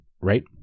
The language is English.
Right